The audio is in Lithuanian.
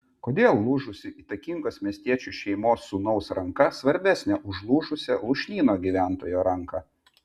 kodėl lūžusi įtakingos miestiečių šeimos sūnaus ranka svarbesnė už lūžusią lūšnyno gyventojo ranką